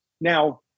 Now